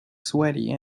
sweaty